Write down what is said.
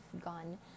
gone